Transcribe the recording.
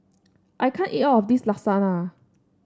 I can't eat all of this Lasagna